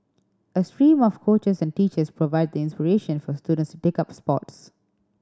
a stream of coaches and teachers provide the inspiration for students to take up sports